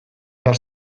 behar